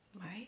Right